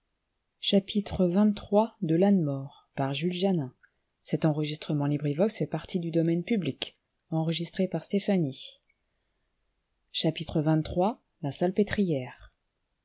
de la salpêtrière